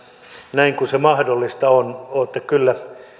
näin kun se mahdollista on olette kyllä